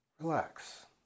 relax